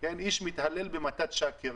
"איש מתהלל במתת שקר".